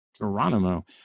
Geronimo